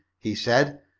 he said,